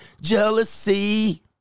Jealousy